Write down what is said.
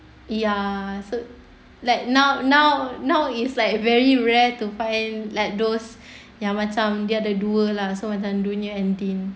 ya so like now now now is like very rare to find like those yang macam dia ada dua lah so macam dunya and deen